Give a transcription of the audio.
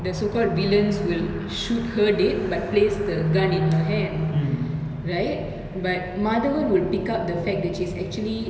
the so-called villains will shoot her dead but place the gun in her hand right but madhavan would pick up the fact that she's actually